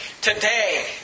today